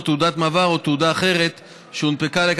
תעודת מעבר או תעודה אחרת שהונפקה לשם